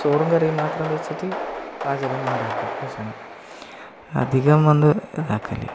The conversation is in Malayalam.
ചോറും കറിയും മാത്രം വെച്ചിട്ട് പാചകം ഉണ്ടാക്കും ഭക്ഷണം അധികം ഒന്നും ഇതാക്കലില്ല പിന്നെ